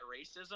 racism